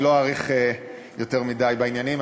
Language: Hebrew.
אני לא אאריך יותר מדי בעניינים.